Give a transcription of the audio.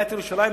עיריית ירושלים,